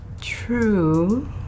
True